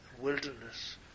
wilderness